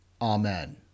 Amen